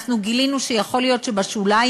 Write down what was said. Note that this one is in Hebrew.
אנחנו גילינו שיכול להיות שבשוליים